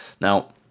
now